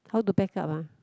how to pack up ah